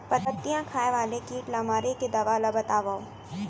पत्तियां खाए वाले किट ला मारे के दवा ला बतावव?